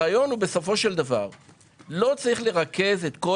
הרעיון הוא בסופו של דבר - לא צריך לרכז את כל